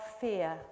fear